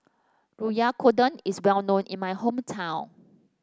Oyakodon is well known in my hometown